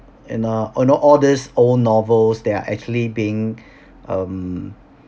and uh all know all these old novels they are actually being um